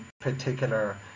particular